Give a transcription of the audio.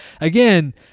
again